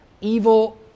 evil